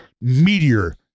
meteor